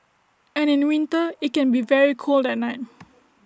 and in winter IT can be very cold at night